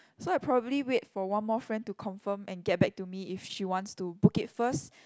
so I probably wait for one more friend to confirm and get back to me if she wants to book it first